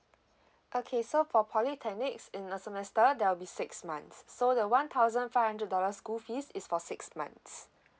okay so for polytechnics in a semester there will be six months so the one thousand five hundred dollars school fees is for six months